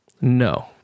no